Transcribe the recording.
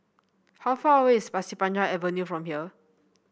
how far away is Pasir Panjang Avenue from here